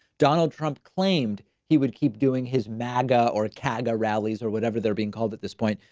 donald trump, claimed he would keep doing his manga or cage and rallies or whatever they're being called at this point.